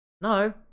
No